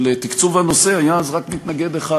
שלתקצוב הנושא היה אז רק מתנגד אחד,